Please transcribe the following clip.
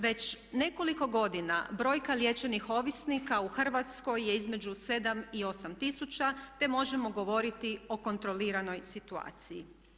Već nekoliko godina brojka liječenih ovisnika u Hrvatskoj je između 7 i 8000, te možemo govoriti o kontroliranoj situaciji.